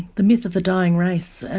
the myth of the dying race.